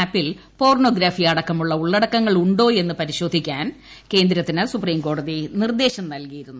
ആപ്പിൽ പോണോഗ്രഫി അടക്കമുള്ള ഉള്ളടക്കങ്ങൾ ഉണ്ടോ എന്ന് പരിശോധിക്കാൻ കേന്ദ്രത്തിന് സുപ്രീംകോടതി നിർദ്ദേശം നൽകിയിരുന്നു